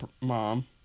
mom